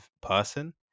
person